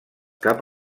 cap